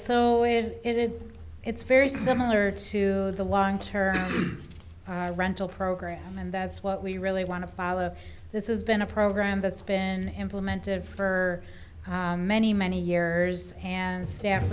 so it's very similar to the long term rental program and that's what we really want to follow this is been a program that's been implemented for many many years and staff